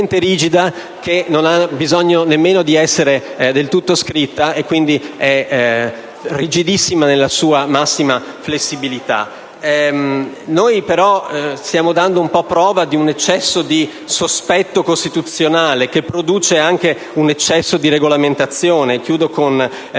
che non ha bisogno nemmeno di essere del tutto scritta, e quindi è rigidissima nella sua massima flessibilità. Noi, però, stiamo dando un po' prova di un eccesso di sospetto costituzionale, che produce anche un eccesso di regolamentazione. Concludo